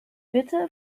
bitte